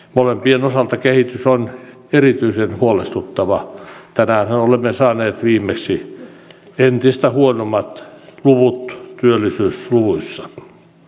molempien osalta kehitys on erityisen huolestuttavaa tänäänhän olemme viimeksi saaneet entistä huonommat työllisyysluvut